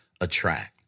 attract